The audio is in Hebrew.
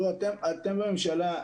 תראו, אתם בממשלה,